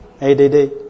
ADD